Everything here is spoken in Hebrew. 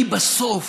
כי בסוף